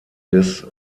des